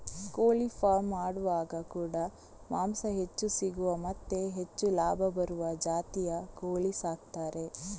ಕೋಳಿ ಫಾರ್ಮ್ ಮಾಡುವಾಗ ಕೂಡಾ ಮಾಂಸ ಹೆಚ್ಚು ಸಿಗುವ ಮತ್ತೆ ಹೆಚ್ಚು ಲಾಭ ಬರುವ ಜಾತಿಯ ಕೋಳಿ ಸಾಕ್ತಾರೆ